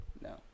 no